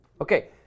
Okay